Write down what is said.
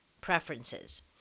preferences